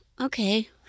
okay